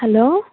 hello